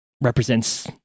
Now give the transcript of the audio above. represents